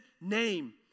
name